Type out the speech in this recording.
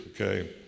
okay